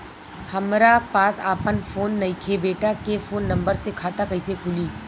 हमरा पास आपन फोन नईखे बेटा के फोन नंबर से खाता कइसे खुली?